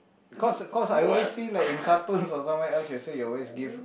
cause cause I always see like in cartoons or somewhere else you say you always give